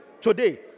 today